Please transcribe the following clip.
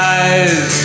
eyes